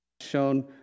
shown